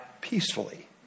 peacefully